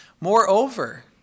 Moreover